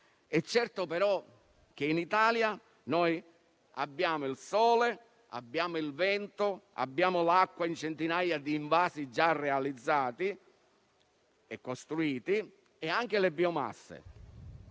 È certo che in Italia abbiamo il sole, il vento, l'acqua in centinaia di invasi già realizzati e costruiti, e anche le biomasse.